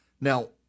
Now